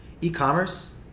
E-commerce